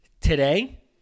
Today